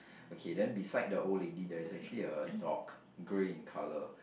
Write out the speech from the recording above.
okay then beside the old lady there's actually a dog grey in colour